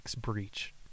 breach